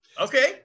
Okay